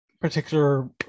particular